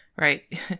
Right